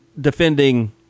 defending